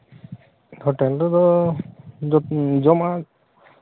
hotel ᱨᱮᱫᱚ ᱡᱚᱢᱟᱜ